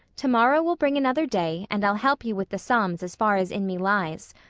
tomorrow will bring another day and i'll help you with the sums as far as in me lies.